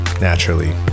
naturally